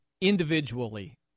individually